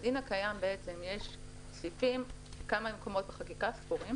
בדין הקיים יש סעיפים בכמה מקומות ספורים